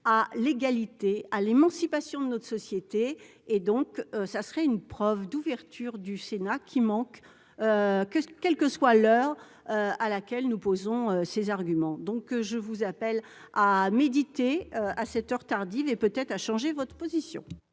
à l'égalité à l'émancipation de notre société et donc ça serait une preuve d'ouverture du Sénat qui manque que quelle que soit l'heure à laquelle nous posons ces arguments, donc je vous appelle à méditer, à cette heure tardive, et peut-être à changer votre position.